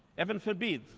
heaven forbid,